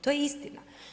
To je istina.